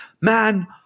man